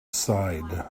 sighed